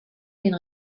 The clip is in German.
den